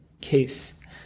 case